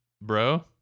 bro